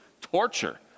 torture